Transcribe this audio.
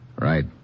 Right